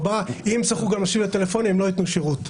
אם הם יצטרכו גם לענות לטלפונים הם לא ייתנו שירות.